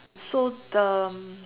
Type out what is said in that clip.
so the